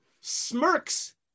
smirks